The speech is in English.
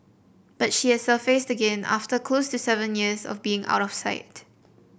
but she has surfaced again after close to seven years of being out of sight